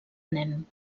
nen